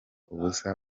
ubusa